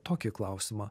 tokį klausimą